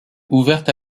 ouverte